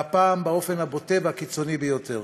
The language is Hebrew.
והפעם באופן הבוטה והקיצוני ביותר,